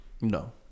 No